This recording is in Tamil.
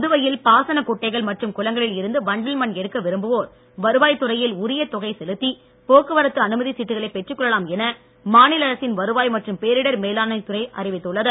புதுவையில் பாசனக் குட்டைகள் மற்றும் குளங்களில் இருந்து வண்டல் மண் எடுக்க விரும்புவோர் வருவாய்த்துறையில் உரிய தொகை செலுத்தி போக்குவரத்து அனுமதிச் சீட்டுகளை பெற்றுக்கொள்ளலாம் என மாநில அரசின் வருவாய் மற்றும் பேரிடர் மேலாண்மை துறை அறிவித்துள்ளது